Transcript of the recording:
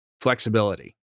flexibility